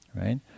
right